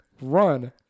run